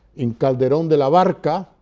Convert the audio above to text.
in calderon de la barca,